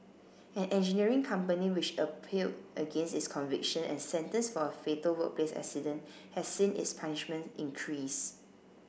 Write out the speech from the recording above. an engineering company which appeal against its conviction and sentence for a fatal workplace accident has seen its punishment increased